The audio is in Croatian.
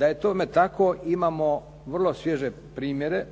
Da je tome tako imamo vrlo svježe primjere